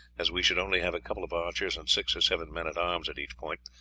as we should only have a couple of archers and six or seven men-at-arms at each point,